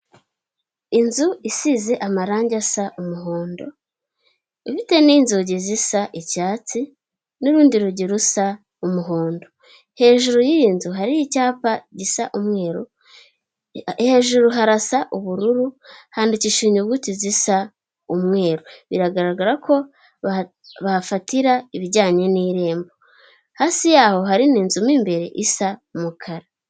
Inzu isize amarangi asa umuhondo, ifite n'inzugi zisa icyatsi, n'urundi rugi rusa umuhondo, hejuru y'iyi nzu hari icyapa gisa umweru, hejuru harasa ubururu handikishije inyuguti zisa umweru biragaragara ko bahafatira ibijyanye n'irembo, hasi yaho hari n'inzu mo imbere isa umukara.